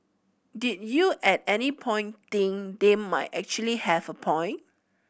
did you at any point think they might actually have a point